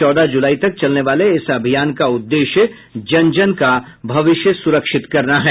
चौदह जुलाई तक चलने वाले इस अभियान का उद्देश्य जन जन का भविष्य सुरक्षित करना है